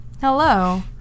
hello